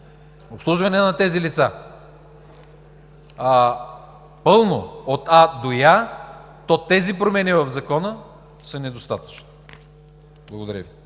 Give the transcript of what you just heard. обслужване на тези лица, пълно – от А до Я, то тези промени в Закона са недостатъчни. Благодаря Ви.